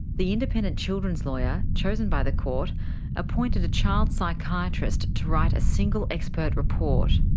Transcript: the independent children's lawyer chosen by the court appointed a child psychiatrist to write a single expert report.